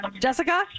jessica